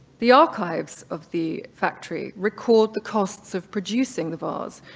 the archives of the factory record the costs of producing the vase,